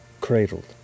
cradled